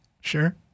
sure